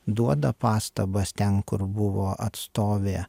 duoda pastabas ten kur buvo atstovė